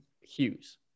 Hughes